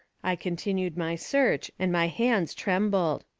i continued my search and my hands trembled.